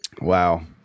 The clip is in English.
wow